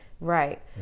right